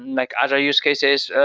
like other use cases.